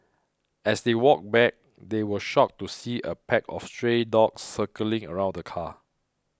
as they walked back they were shocked to see a pack of stray dogs circling around the car